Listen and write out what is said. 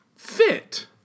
fit